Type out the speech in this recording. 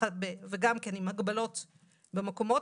וגם כן, עם הגבלות במקומות.